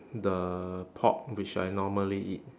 the pork which I normally eat